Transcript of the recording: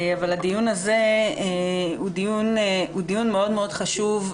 הדיון הזה הוא דיון מאוד מאוד חשוב,